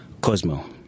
Cosmo